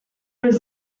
was